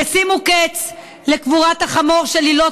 הצביעו בעד החוק ושימו קץ לקבורת החמור של עילות